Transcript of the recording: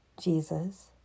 Jesus